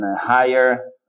higher